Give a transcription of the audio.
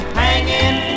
hanging